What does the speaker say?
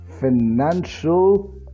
financial